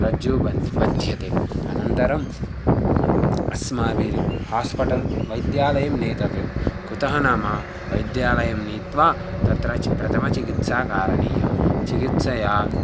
रज्जु बन्धः बध्यते अनन्तरम् अस्माभिः हास्पटल् वैद्यालयं नेतव्यं कुतः नाम वैद्यालयं नीत्वा तत्र चि प्रथमचिकित्सा कारणीया चिकित्सया